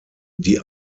die